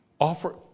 Offer